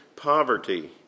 Poverty